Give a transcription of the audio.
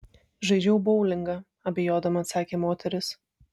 žaidžiau boulingą abejodama atsakė moteris